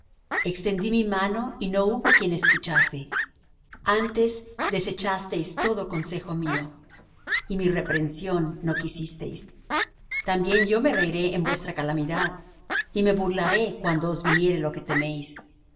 extendí mi mano y no hubo quien escuchase antes desechasteis todo consejo mío y mi reprensión no quisisteis también yo me reiré en vuestra calamidad y me burlaré cuando os viniere lo que teméis